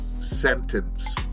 sentence